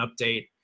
update